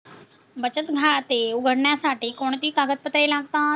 बचत खाते उघडण्यासाठी कोणती कागदपत्रे लागतात?